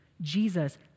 Jesus